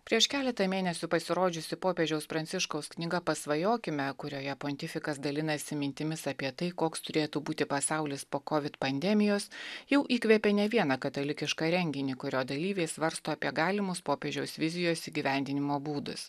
prieš keletą mėnesių pasirodžiusi popiežiaus pranciškaus knyga pasvajokime kurioje pontifikas dalinasi mintimis apie tai koks turėtų būti pasaulis po kovid pandemijos jau įkvėpė ne vieną katalikišką renginį kurio dalyviai svarsto apie galimus popiežiaus vizijos įgyvendinimo būdus